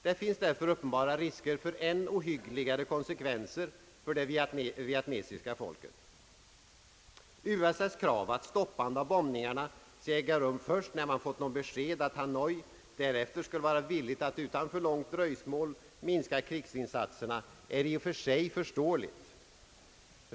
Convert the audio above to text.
Det finns därför uppenbara risker för än ohyggligare konsekvenser för det vietnamesiska folket. USA:s krav, att stoppandet av bombningarna skall äga rum först när man fått besked att Hanoi därefter skulle vara villigt att utan för långt dröjsmål minska krigsinsatserna, är i och för sig förståeligt.